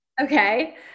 Okay